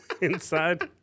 inside